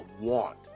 want